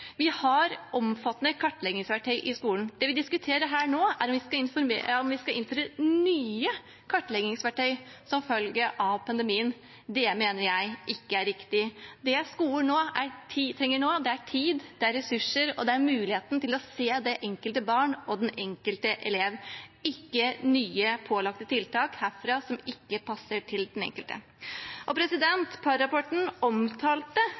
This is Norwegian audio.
Vi har omfattende kartleggingsverktøy i skolen. Det vi diskuterer her nå, er om vi skal innføre nye kartleggingsverktøy som følge av pandemien. Det mener jeg ikke er riktig. Det skolen trenger nå, er tid, ressurser og muligheten til å se det enkelte barn og den enkelte elev, ikke nye pålagte tiltak herfra som ikke passer til den enkelte. Parr-rapporten omtalte sommerskole, selv om man ikke nødvendigvis anbefalte det, og